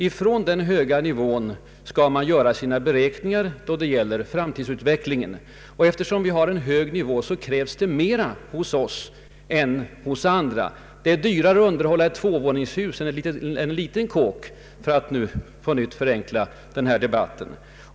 Ifrån dessa höga nivåer bör man göra sina bedömningar då det gäller utvecklingen i framtiden. Det krävs alltså mera av oss än av andra för att bibehålla framstegstakten. Det är dyrare att underhålla ett tvåvåningshus än en liten kåk — för att på nytt förenkla debatten.